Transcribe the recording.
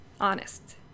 honest